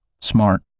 Smart